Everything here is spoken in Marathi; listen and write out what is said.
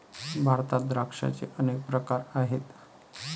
भारतात द्राक्षांचे अनेक प्रकार आहेत